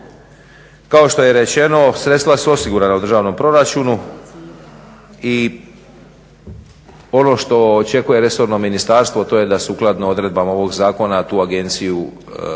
Kao što je rečeno sredstva su osigurana u državnom proračunu i ono što očekuje resorno ministarstvo to je da sukladno odredbama ovog zakona tu agenciju